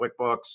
QuickBooks